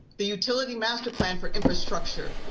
the utility master plan for infrastructure,